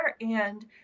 And-